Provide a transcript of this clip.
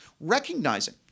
recognizing